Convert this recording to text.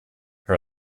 her